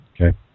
Okay